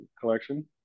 collection